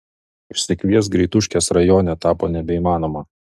išsikviest greituškės rajone tapo nebeįmanoma